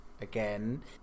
again